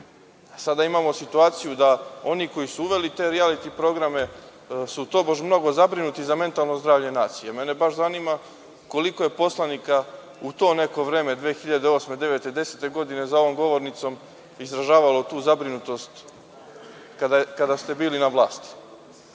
Sada imamo situaciju da su oni koji su uveli te rijaliti programe tobož mnogo zabrinuti za mentalno zdravlje nacije. Mene baš zanima koliko je poslanika u to neko vreme, 2008, 2009. 2010. godine, za ovom govornicom izražavalo tu zabrinutost, kada ste bili na vlasti.